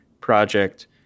project